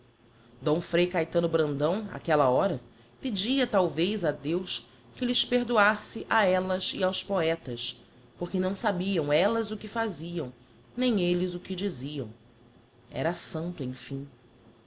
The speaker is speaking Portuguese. d frei caetano brandão áquella hora pedia talvez a deus que lhes perdoasse a ellas e aos poetas porque não sabiam ellas o que faziam nem elles o que diziam era santo em